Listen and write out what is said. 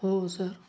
हो सर